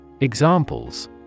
Examples